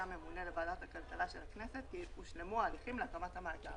הממונה לוועדת הכלכלה של הכנסת כי הושלמו ההליכים להקמת המאגר,